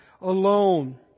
alone